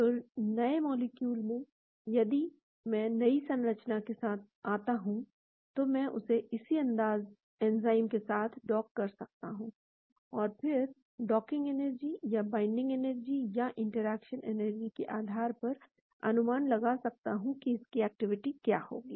तो नया मॉलिक्यूल में यदि मैं नई संरचना के साथ आता हूं तो मैं इसे उसी एंजाइम के साथ डॉक कर सकता हूं और फिर डॉकिंग एनर्जी या बाइंडिंग एनर्जी या इंटरैक्शन एनर्जी के आधार पर अनुमान लगा सकता हूं कि इसकी एक्टिविटी क्या होगी